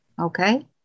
okay